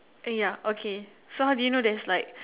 and ya okay so how do you know there's like